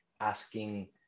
asking